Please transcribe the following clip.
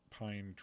Pine